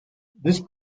this